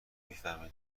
میفهمی